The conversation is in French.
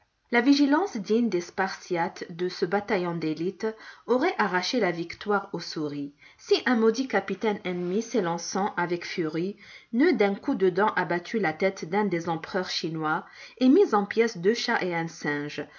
la vigilance digne des spartiates de ce bataillon d'élite aurait arraché la victoire aux souris si un maudit capitaine ennemi s'élançant avec furie n'eût d'un coup de dent abattu la tête d'un des empereurs chinois et mis en pièces deux chats et un singe